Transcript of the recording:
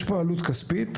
יש פה עלות כספית,